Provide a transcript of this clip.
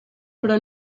però